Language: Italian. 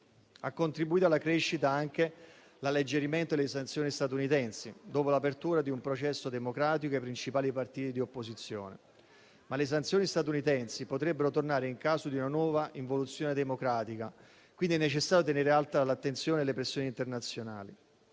Ha contribuito alla crescita anche l'alleggerimento delle sanzioni statunitensi, dopo l'apertura di un processo democratico ai principali partiti di opposizione. Ma le sanzioni statunitensi potrebbero tornare in caso di una nuova involuzione democratica. Quindi è necessario tenere alta l'attenzione alle pressioni internazionali.